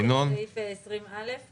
סעיף 20(א).